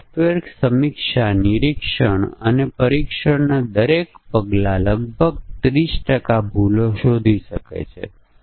નિર્ણય ટેબલ આધારિત પરીક્ષણમાં આપણે સમસ્યાનું વર્ણન આધારે નિર્ણય કોષ્ટક વિકસાવીએ છીએ